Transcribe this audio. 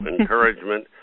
encouragement